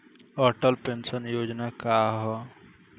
Atal pension Yojana का ह?